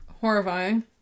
horrifying